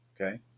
Okay